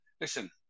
listen